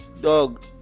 dog